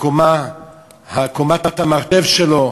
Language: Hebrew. קומת המרתף שלו,